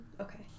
Okay